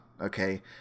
okay